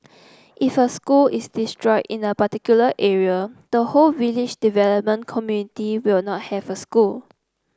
if a school is destroyed in a particular area the whole village development committee will not have a school